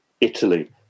Italy